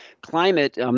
climate